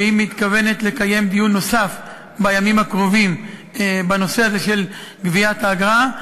והיא מתכוונת לקיים דיון נוסף בימים הקרובים בנושא הזה של גביית האגרה.